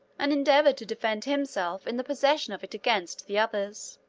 and endeavored to defend himself in the possession of it against the others.